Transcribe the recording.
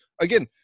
again